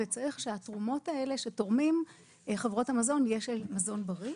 וצריך שהתרומות האלה שתורמות חברות המזון יהיה מזון בריא.